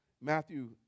Matthew